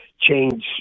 change